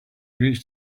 reached